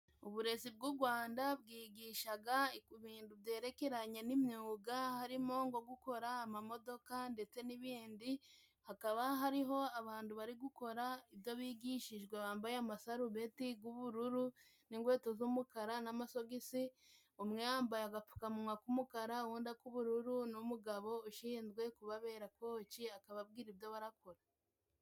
Uburezi bw'u gwanda bwigishaga ibintu byerekeranye n'imyuga harimo nko gukora amamodoka ndetse n'ibindi hakaba hariho abantu bari gukora ibyo bigishijwe bambaye amasarubeti g'ubururu n'inkweto z'umukara n'amasogisi umwe yambaye agapfukamunwa k'umukara undi ak'ubururu n'umugabo ushinzwe kubabera koci akaba abwira ibyo barakora.